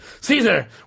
Caesar